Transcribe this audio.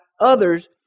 others